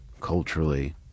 culturally